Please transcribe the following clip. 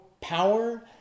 power